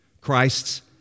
Christ's